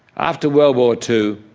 after world war two,